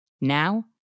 Now